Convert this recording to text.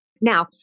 Now